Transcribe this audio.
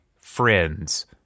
friends